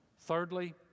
Thirdly